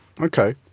Okay